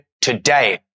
Today